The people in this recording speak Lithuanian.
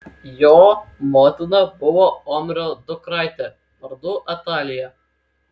jo motina buvo omrio dukraitė vardu atalija